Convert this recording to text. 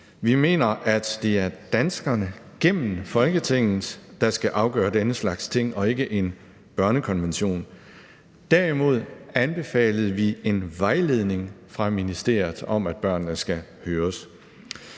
Vi mener, at det er danskerne gennem Folketinget, der skal afgøre denne slags ting, og ikke en børnekonvention. Derimod anbefalede vi en vejledning fra ministeriet om, at børnene skal høres.